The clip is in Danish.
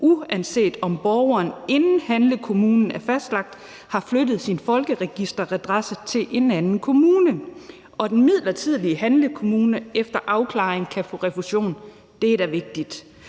uanset om borgeren, inden handlekommunen er fastlagt, har flyttet sin folkeregisteradresse til en anden kommune og den midlertidige handlekommune efter afklaringen kan få refusion. Det er da vigtigt.